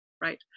right